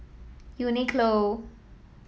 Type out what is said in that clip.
Uniqlo